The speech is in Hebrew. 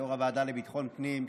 יו"ר ועדת ביטחון הפנים,